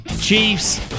Chiefs